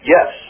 Yes